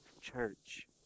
Church